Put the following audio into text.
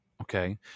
Okay